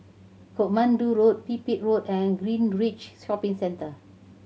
Katmandu Road Pipit Road and Greenridge Shopping Centre